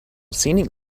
scenic